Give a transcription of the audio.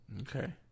Okay